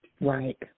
Right